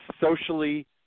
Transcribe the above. socially –